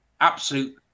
absolute